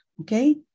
okay